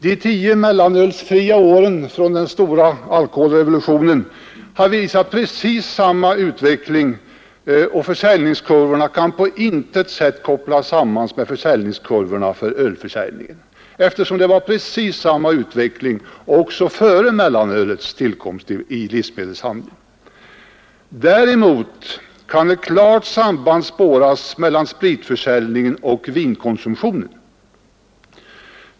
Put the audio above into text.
De tio mellanölsfria åren efter den stora alkoholrevolutionen har visat precis samma utveckling, och försäljningskurvorna kan på intet sätt kopplas samman med försäljningskurvorna för öl. Däremot kan ett klart samband spåras mellan spritförsäljningen och vinkonsumtionen.